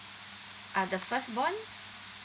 uh the first born